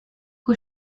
who